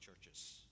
churches